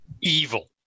Evil